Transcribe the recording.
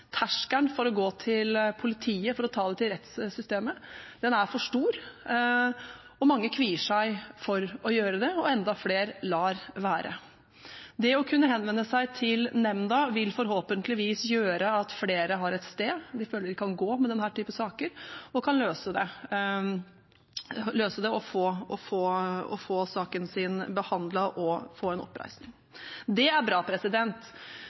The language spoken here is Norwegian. terskelen for å gå til politiet for å ta det til rettssystemet er for stor. Mange kvier seg for å gjøre det, og enda flere lar være. Det å kunne henvende seg til nemnda vil forhåpentligvis gjøre at flere har et sted de føler de kan gå til med denne type saker, som kan løse det, slik at de kan få saken sin behandlet og få en oppreising. Det er bra.